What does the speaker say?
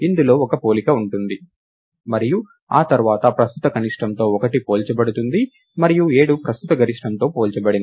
ఇందులో ఒక పోలిక ఉంటుంది మరియు ఆ తర్వాత ప్రస్తుత కనిష్టంతో 1 పోల్చబడుతుంది మరియు 7 ప్రస్తుత గరిష్టంతో పోల్చబడింది